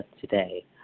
today